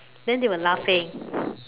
then they were laughing